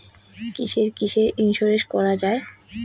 কিসের কিসের ইন্সুরেন্স করা যায়?